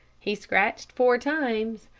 he scratched four times.